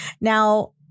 Now